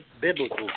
Biblical